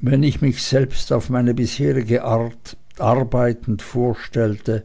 wenn ich mich selbst auf meine bisherige art arbeitend vorstellte